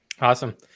Awesome